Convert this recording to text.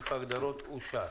סעיף ההגדרות אושר.